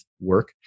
work